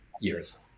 years